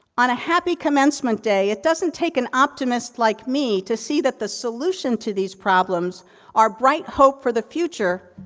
on a happy commencement day, it doesn't take an optimist like me, to see that the solution to these problems our bright hope for the future,